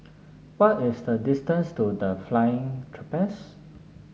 what is the distance to The Flying Trapeze